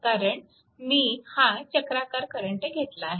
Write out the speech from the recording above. कारण मी हा चक्राकार करंट घेतला आहे